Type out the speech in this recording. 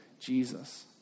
Jesus